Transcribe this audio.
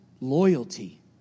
loyalty